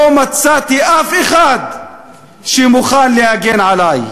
לא מצאתי אף אחד שמוכן להגן עלי.